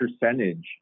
percentage